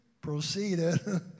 proceeded